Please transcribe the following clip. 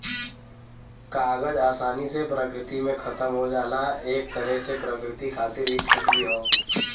कागज आसानी से प्रकृति में खतम हो जाला एक तरे से प्रकृति खातिर इ ठीक भी हौ